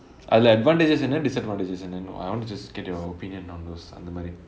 அதுலே:athulae advantages என்ன:enna disadvantages என்ன:enna I want to just get your opinion on those அந்த மாதிரி:antha maathiri